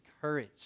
courage